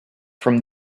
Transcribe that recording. from